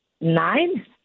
Nine